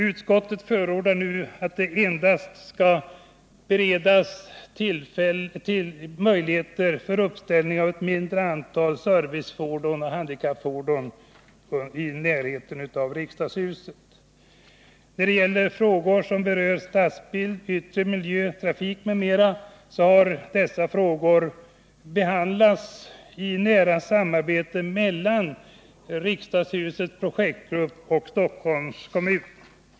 Utskottet förordar nu att det skall finnas utrymme endast för ett begränsat antal servicefordon och handikappfordon i närheten av riksdagshuset. De frågor som berör stadsbild, yttre miljö, trafik m.m. har behandlats i nära samarbete mellan projektgruppen för riksdagshuset och Stockholms kommun.